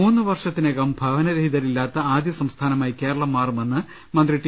മൂന്നുവർഷത്തിനകം ഭവനരഹിതരില്ലാത്ത ആദ്യ സംസ്ഥാന മായി കേരളം മാറുമെന്ന് മന്ത്രി ടി